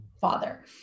father